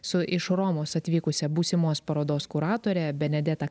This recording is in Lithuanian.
su iš romos atvykusia būsimos parodos kuratore benedeta